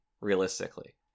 realistically